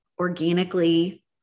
organically